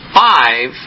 five